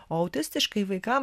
o autistiškai vaikam